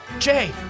jay